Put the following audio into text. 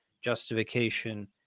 justification